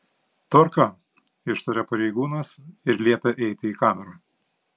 tvarka ištaria pareigūnas ir liepia eiti į kamerą